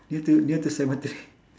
near to near to cemetery